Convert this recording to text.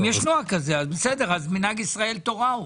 אז מנהג ישראל תורה הוא.